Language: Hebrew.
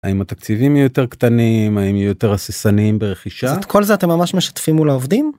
האם התקציבים יהיו יותר קטנים האם יותר הססנים ברכישה. אז את כל זה אתם ממש משתפים מול עובדים.